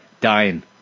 dying